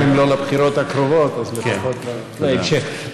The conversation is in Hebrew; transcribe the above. אם לא לבחירות הקרובות אז לפחות להמשך.